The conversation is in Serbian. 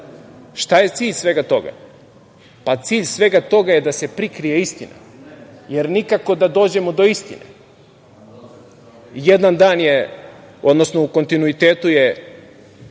Šta je cilj svega toga? Cilj svega toga je da se prikrije istina, jer nikako da dođemo do istine. Jedan dan je, odnosno u kontinuitetu je